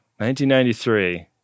1993